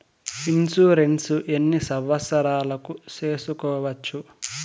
Insurance ఎన్ని సంవత్సరాలకు సేసుకోవచ్చు?